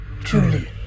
truly